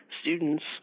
students